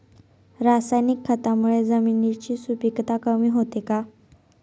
रासायनिक खतांमुळे जमिनीची सुपिकता कमी होते का?